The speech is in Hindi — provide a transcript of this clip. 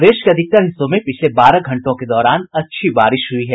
प्रदेश के अधिकतर हिस्सों में पिछले बारह घंटों के दौरान अच्छी बारिश हुई है